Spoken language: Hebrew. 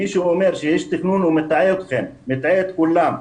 מי שאומר שיש תכנון, הוא מטעה אתכם, מטעה את כולם,